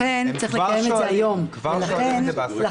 הם כבר שואלים.